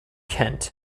kent